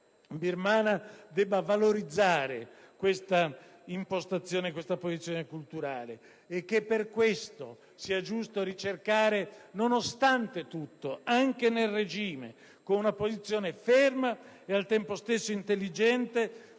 birmana debba valorizzare questa impostazione e posizione culturale. Per questo è giusto ricercare, nonostante tutto, anche nel regime, con una posizione ferma e al tempo stesso intelligente,